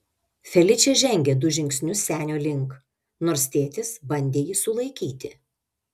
feličė žengė du žingsnius senio link nors tėtis bandė jį sulaikyti